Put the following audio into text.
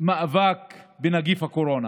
למאבק בנגיף הקורונה.